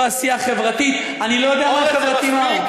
ולא עשייה חברתית, אני לא יודע מה חברתי מהו.